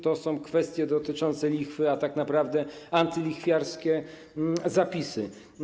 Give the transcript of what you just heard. To są kwestie dotyczące lichwy, a tak naprawdę antylichwiarskie zapisy.